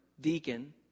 deacon